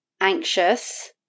anxious